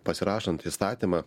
pasirašant įstatymą